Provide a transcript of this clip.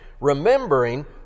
remembering